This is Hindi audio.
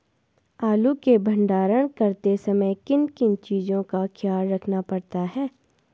आलू के भंडारण करते समय किन किन चीज़ों का ख्याल रखना पड़ता है?